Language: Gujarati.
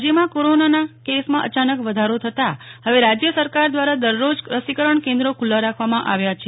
રાજ્યમાં કોરોનાના કેસમાં અયાનક વધારો થતા હવે રાજ્ય સરકાર દ્વારા દરરોજ રસીકરણ કેન્દ્રો ખુલ્લા રાખવામાં આવ્યાં છે